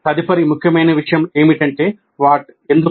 తదుపరి ముఖ్యమైన విషయం ఏమిటంటే 'ఎందుకు